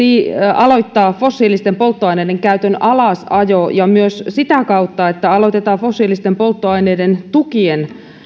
aloittaa fossiilisten polttoaineiden käytön alasajo ja myös sitä kautta että aloitetaan fossiilisten polttoaineiden tukien